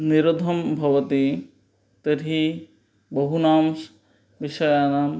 निरोधः भवति तर्हि बहूनां विषयाणां